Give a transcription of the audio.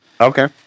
Okay